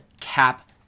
cap